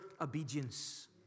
obedience